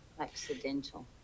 Accidental